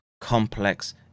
complex